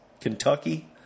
Kentucky